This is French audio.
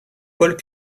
paul